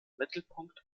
mittelpunkt